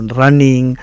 running